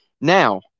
Now